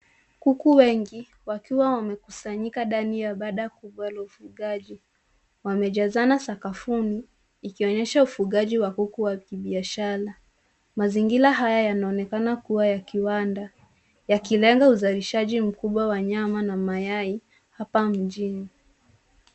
Kuku wengi wakiwa wamekusanyika ndani ya banda kubwa la ufugaji. Wamejazana sakafuni ikionyesha ufugaji wa kuku wa kibiashara. Mazingira haya yanaonekana kuwa ya kiwanda yakilenga uzalishaji mkubwa wa nyama na mayai hapa mjini.